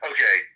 Okay